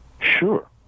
sure